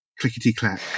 Clickety-clack